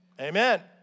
amen